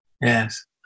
Yes